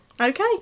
Okay